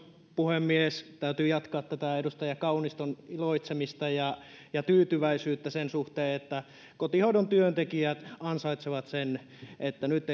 puhemies täytyy jatkaa tätä edustaja kauniston iloitsemista ja ja tyytyväisyyttä sen suhteen että kotihoidon työntekijät ansaitsevat sen että nyt